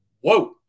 Whoa